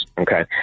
Okay